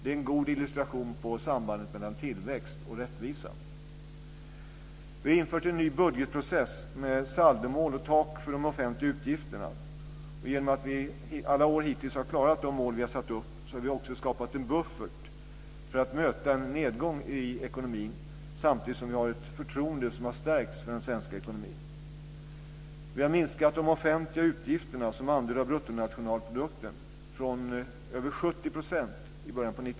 Det är en god illustration på sambandet mellan tillväxt och rättvisa. Genom att vi alla år hittills har klarat de mål vi har satt upp har vi också skapat en buffert för att möta en nedgång i ekonomin, samtidigt som vi har ett förtroende som har stärkts för den svenska ekonomin.